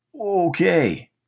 okay